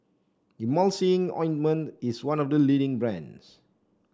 Emulsying Ointment is one of the leading brands